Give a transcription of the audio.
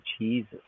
Jesus